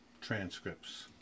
transcripts